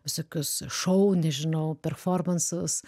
visokius šou nežinau performansus